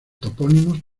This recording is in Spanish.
topónimos